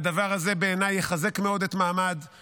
והדבר הזה בעיניי יחזק מאוד את הזכות